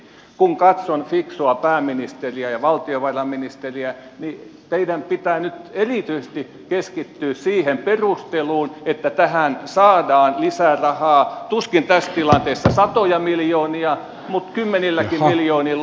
kun katson fiksua pääministeriä ja valtiovarainministeriä niin teidän pitää nyt erityisesti keskittyä siihen perusteluun että tähän saadaan lisää rahaa tuskin tässä tilanteessa satoja miljoonia mutta kymmenilläkin miljoonilla